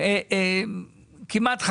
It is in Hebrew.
מי יקנה את הכבלים?